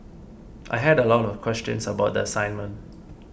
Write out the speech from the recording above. I had a lot of questions about the assignment